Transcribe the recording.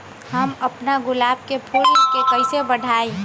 हम अपना गुलाब के फूल के कईसे बढ़ाई?